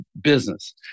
business